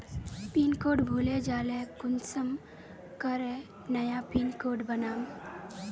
Pin code भूले जाले कुंसम करे नया पिन कोड बनाम?